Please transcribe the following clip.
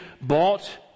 bought